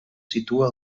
situa